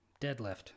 deadlift